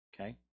okay